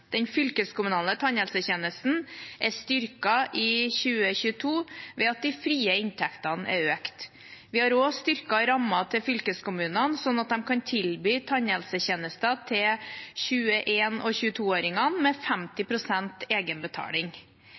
Den fylkeskommunale tannhelsetjenesten er styrket i 2022 ved at de frie inntektene er økt. Vi har også styrket rammen til fylkeskommunene slik at de kan tilby tannhelsetjenester til 21- og 22-åringene med 50 pst. egenbetaling.